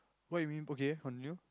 what you mean okay continue